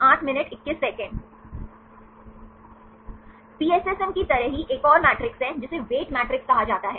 PSSM की तरह ही एक और मैट्रिक्स है जिसे वेट मैट्रिक्स कहा जाता है